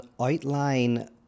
outline